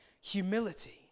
humility